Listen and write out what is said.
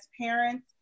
parents